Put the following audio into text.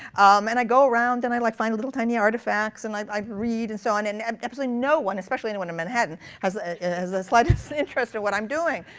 um and i go around and i like find little tiny artifacts. and i i read. and so and and um absolutely no one, especially anyone in manhattan, has ah has the slightest interest in what i'm doing.